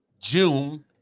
June